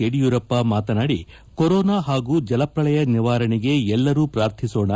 ಯಡಿಯೂರಪ್ಪ ಮಾತನಾಡಿ ಕೊರೋನಾ ಹಾಗೂ ಜಲಪ್ರಳಯ ನಿವಾರಣೆಗೆ ಎಲ್ಲರೂ ಪ್ರಾರ್ಥಿಸೋಣ